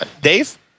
Dave